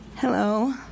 Hello